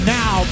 now